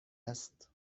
است